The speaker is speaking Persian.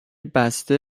بسته